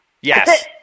Yes